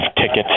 tickets